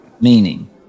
meaning